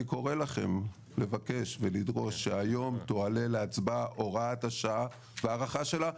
אני קורא לכם לבקש ולדרוש שהיום תועלה להצבעה הוראת השעה בהארכה שלה,